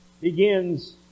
begins